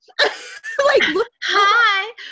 Hi